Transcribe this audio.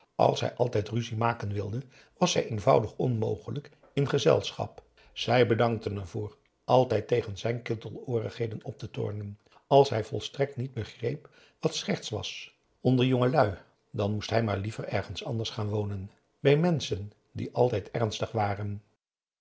als hij altijd ruzie maken wilde was hij eenvoudig onmogelijk in gezelschap zij bedankten ervoor altijd tegen zijn kitteloorigheden op te tornen als hij volstrekt niet begreep wat scherts was onder jongelui dan moest hij maar liever ergens anders gaan wonen bij menschen die altijd ernstig waren